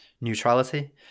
neutrality